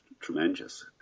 tremendous